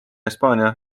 hispaania